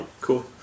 Cool